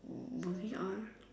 moving on